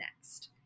next